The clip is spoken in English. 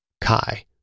Kai